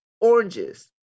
oranges